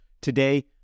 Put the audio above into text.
Today